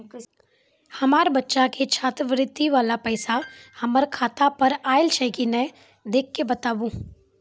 हमार बच्चा के छात्रवृत्ति वाला पैसा हमर खाता पर आयल छै कि नैय देख के बताबू?